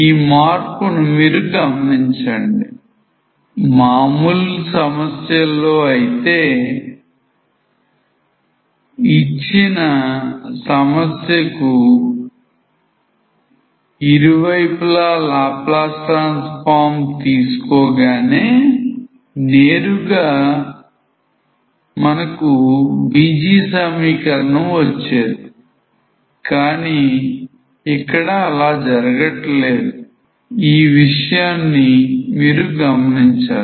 ఈ మార్పును మీరు గమనించండి